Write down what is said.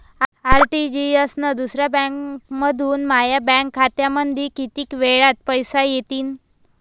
RTGS न दुसऱ्या बँकेमंधून माया बँक खात्यामंधी कितीक वेळातं पैसे येतीनं?